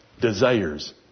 desires